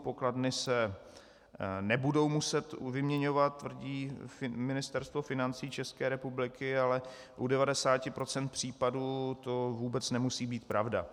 Pokladny se nebudou muset vyměňovat, tvrdí Ministerstvo financí České republiky, ale u 90 % případů to vůbec nemusí být pravda.